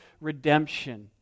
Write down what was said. redemption